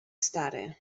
stary